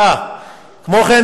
כמו כן,